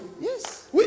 Yes